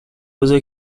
بزار